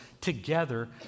together